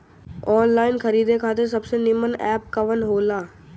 Online खरीदे खातिर सबसे नीमन एप कवन हो ला?